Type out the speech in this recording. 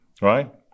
right